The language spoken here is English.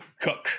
cook